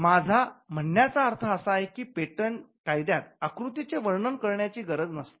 माझा म्हणण्याचा अर्थ असा आहे की पेटंट कायद्यात आकृतीचे वर्णन करण्याची गरज नसते